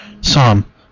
Psalm